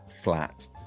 flat